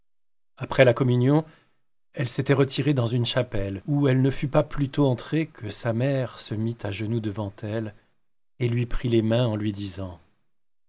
après la communion elle s'était retirée dans une chapelle où elle ne fut pas plutôt entrée que sa mère se mit à genoux devant elle et lui prit les mains en lui disant